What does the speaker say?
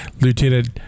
Lieutenant